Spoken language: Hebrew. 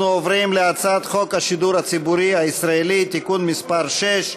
אנחנו עוברים להצעת חוק השידור הציבורי הישראלי (תיקון מס' 6),